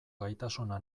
gaitasuna